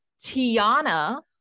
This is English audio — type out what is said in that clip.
tiana